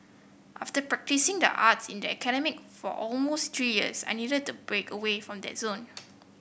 after practising the arts in the academy for almost three years I needed to break away from that zone